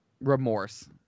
remorse